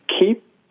keep